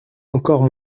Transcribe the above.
encore